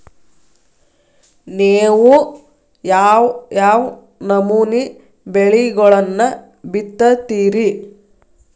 ನೇವು ಯಾವ್ ಯಾವ್ ನಮೂನಿ ಬೆಳಿಗೊಳನ್ನ ಬಿತ್ತತಿರಿ?